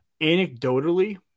anecdotally